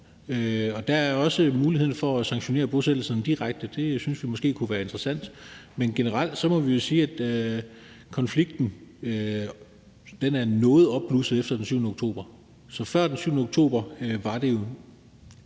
Der er også mulighed for at sanktionere bosættelserne direkte, og det synes vi måske kunne være interessant. Men generelt må vi sige, at konflikten er noget opblusset efter den 7. oktober. Så før den 7. oktober var det ikke